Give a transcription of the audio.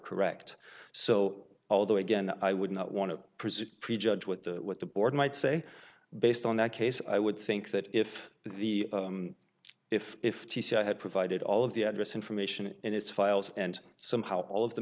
correct so although again i would not want to presume prejudge what the what the board might say based on that case i would think that if the if if he had provided all of the address information in his files and somehow all of the